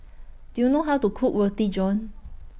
Do YOU know How to Cook Roti John